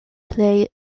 plej